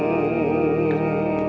on